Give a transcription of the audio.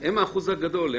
הם האחוז הגדול,